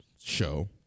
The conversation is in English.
show